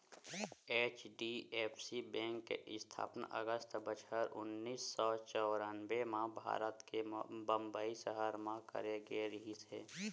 HDFC bank के इस्थापना अगस्त बछर उन्नीस सौ चौरनबें म भारत के बंबई सहर म करे गे रिहिस हे